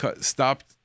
stopped